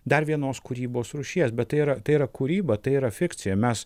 dar vienos kūrybos rūšies bet tai yra tai yra kūryba tai yra fikcija mes